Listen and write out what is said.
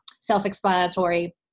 self-explanatory